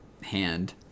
hand